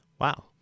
Wow